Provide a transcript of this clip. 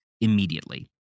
immediately